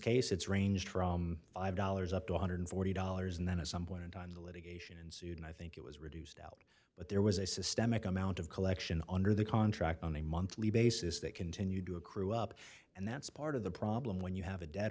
case it's ranged from five dollars up to one hundred and forty dollars and then at some point in time the litigation ensued and i think it was rude but there was a systemic amount of collection under the contract on a monthly basis that continued to accrue up and that's part of the problem when you have a de